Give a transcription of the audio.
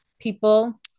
people